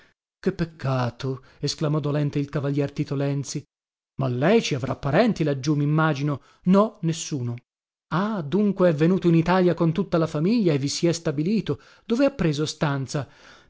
che peccato esclamò dolente il cavalier tito lenzi ma lei ci avrà parenti laggiù mimmagino no nessuno ah dunque è venuto in italia con tutta la famiglia e vi si è stabilito dove ha preso stanza